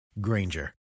Granger